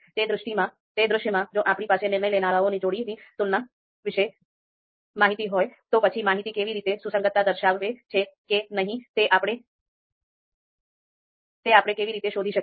તે દૃશ્યમાં જો આપણી પાસે નિર્ણય લેનારાઓની જોડીની તુલના વિશે માહિતી હોય તો પછી માહિતી કેવી રીતે સુસંગતતા દર્શાવે છે કે નહીં તે આપણે કેવી રીતે શોધી શકીએ